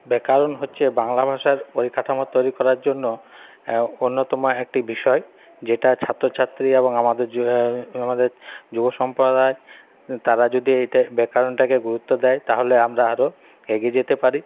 ব্যাকরণ হচ্ছে বাংলা ভাষার পরিকাঠাম তৈরি করার জন্য অন্যতম একটি বিষয় যেটা ছাত্রছাত্রী এবং আমাদের যে আমাদের যুবসম্প্রদায় তারা যদি এইটাই ব্যাকরণটাকে গুরুত্ব দেই তাহলে আমরা আরও এগিয়ে যেতে পারি